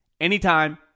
anytime